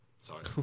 Sorry